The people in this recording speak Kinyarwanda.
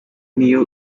n’iyo